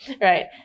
right